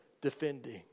defending